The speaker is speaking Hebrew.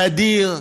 סדיר.